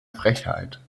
frechheit